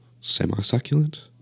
semi-succulent